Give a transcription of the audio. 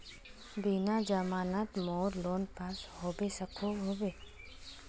बिना जमानत मोर लोन पास होबे सकोहो होबे?